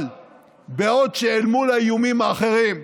אבל בעוד אל מול האיומים האחרים,